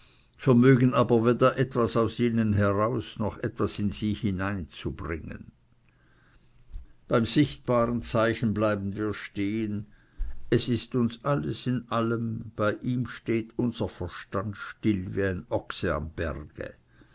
vermögen aber weder etwas aus ihnen heraus noch etwas in sie hinein zu bringen beim sichtbaren zeichen bleiben wir stehen es ist uns alles in allem bei ihm steht unser verstand still wie ein ochse am berge